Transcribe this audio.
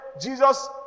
Jesus